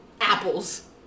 Apples